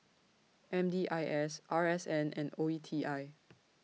M D I S R S N and O E T I